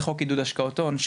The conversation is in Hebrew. זה חוק עידוד השקעות הון,